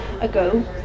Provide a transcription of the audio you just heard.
ago